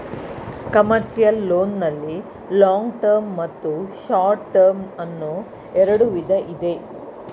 commercial loan ನಲ್ಲಿ long term ಮತ್ತು short term ಅನ್ನೋ ಎರಡು ವಿಧ ಇದೆ